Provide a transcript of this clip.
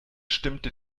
stimmte